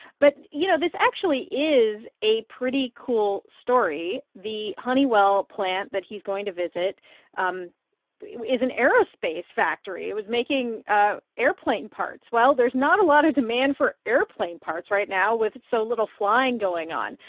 but you know, this actually is a pretty cool story. the honeywell plant that he's going to visit um is an aerospace factory. it was making ah airplane parts. well, there's not a lot of demand for airplane parts right now with so little flying going on,